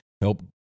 help